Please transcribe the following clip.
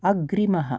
अग्रिमः